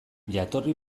jatorri